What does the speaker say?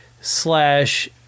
slash